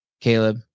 Caleb